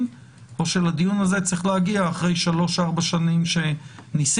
או שלדיון הזה צריך להגיע אחרי שלוש-ארבע שנים שניסיתם,